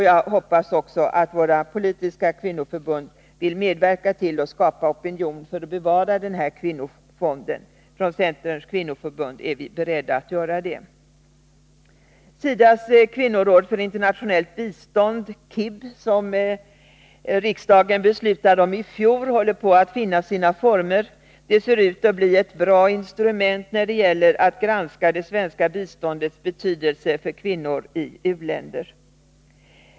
Jag hoppas också att våra politiska kvinnoförbund vill medverka till att skapa opinion för att bevara kvinnofonden. Från centerns kvinnoförbund är vi beredda att göra det. SIDA:s kvinnoråd för internationellt bistånd, KIB, som riksdagen beslutade om i fjol, håller på att finna sina former. Det ser ut att bli ett bra instrument när det gäller att granska det svenska biståndets betydelse för kvinnor i u-länder.